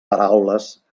paraules